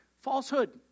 falsehood